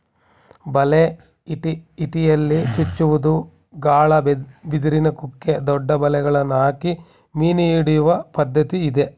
ಬಲೆ, ಇಟಿಯಲ್ಲಿ ಚುಚ್ಚುವುದು, ಗಾಳ, ಬಿದಿರಿನ ಕುಕ್ಕೆ, ದೊಡ್ಡ ಬಲೆಗಳನ್ನು ಹಾಕಿ ಮೀನು ಹಿಡಿಯುವ ಪದ್ಧತಿ ಇದೆ